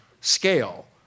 scale